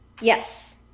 Yes